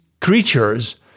creatures